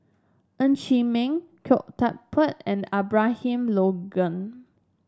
Ng Chee Meng Khoo Teck Puat and Abraham Logan